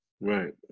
Right